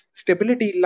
stability